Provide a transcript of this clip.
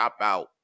dropout